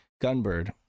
Gunbird